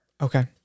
Okay